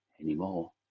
anymore